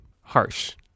Harsh